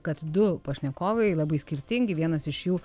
kad du pašnekovai labai skirtingi vienas iš jų